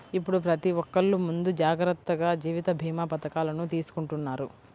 ఇప్పుడు ప్రతి ఒక్కల్లు ముందు జాగర్తగా జీవిత భీమా పథకాలను తీసుకుంటన్నారు